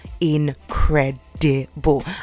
incredible